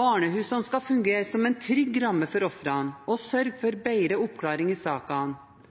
Barnehusene skal fungere som en trygg ramme for ofrene og sørge for bedre oppklaring i